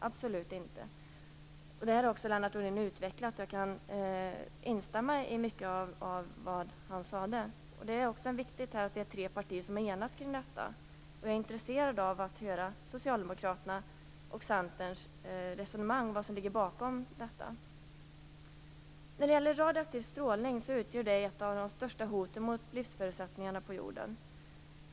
Detta har också Lennart Rohdin utvecklat, och jag kan instämma i mycket av det som han sade. Detta är något som tre partier har enats om, och jag är intresserad av att höra Socialdemokraternas och Centerns resonemang om detta. Radioaktiv strålning utgör ett av de största hoten mot livsförutsättningarna på jorden.